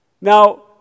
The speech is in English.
Now